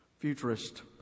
Futurist